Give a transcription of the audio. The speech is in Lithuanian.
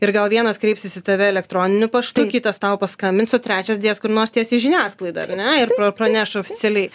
ir gal vienas kreipsis į tave elektroniniu paštu kitas tau paskambins o trečias dės kur nors tiesiai į žiniasklaidą ar ne ir pra praneš oficialiai